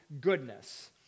goodness